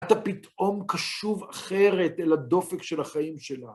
אתה פתאום קשוב אחרת אל הדופק של החיים שלה.